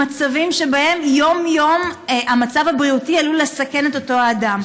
במצבים שבהם יום-יום המצב הבריאותי עלול לסכן את אותו אדם.